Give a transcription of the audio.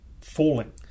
falling